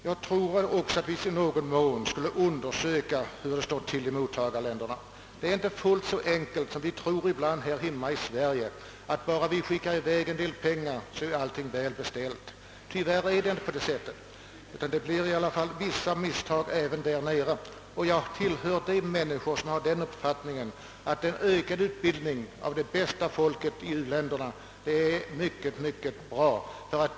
Vi borde nog också närmare undersöka hur det står till i mottagarländer-- na. Det är inte fullt så enkelt som vi tror här hemma, att bara vi skickar i väg litet pengar så är allt väl beställt. Tyvärr är det inte på det sättet. Det förekommer dock vissa misstag i u-länderna. Jag tillhör de människor som har den uppfattningen att en ökad utbildning av det bästa folket i u-länderna är till större nytta än kanske någonting annat.